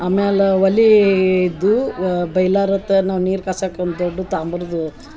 ಆಮ್ಯಾಲೆ ಒಲೀದು ಬೈಲಾರತ ನಾವು ನೀರು ಕಾಸಕ್ಕೆ ಒಂದು ದೊಡ್ಡ ತಾಮ್ರದೂ